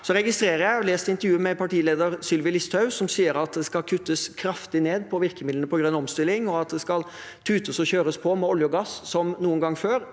Jeg har lest, intervjuet med partileder Sylvi Listhaug, som sier at det skal kuttes kraftig ned på virkemidlene til grønn omstilling, og at det skal tutes og kjøres på med olje og gass som aldri før.